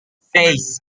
seis